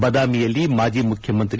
ಬದಾಮಿಯಲ್ಲಿ ಮಾಜಿ ಮುಖ್ಯಮಂತ್ರಿ